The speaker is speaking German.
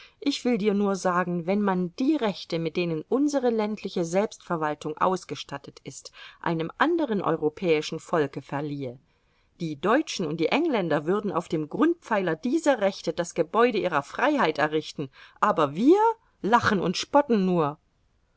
ich will dir nur sagen wenn man die rechte mit denen unsere ländliche selbstverwaltung ausgestattet ist einem anderen europäischen volke verliehe die deutschen und die engländer würden auf dem grundpfeiler dieser rechte das gebäude ihrer freiheit errichten aber wir lachen und spotten nur